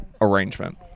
arrangement